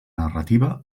narrativa